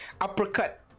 uppercut